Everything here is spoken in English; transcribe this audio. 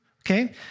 okay